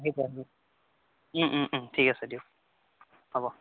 ঠিক আছে দিয়ক হ'ব